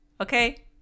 okay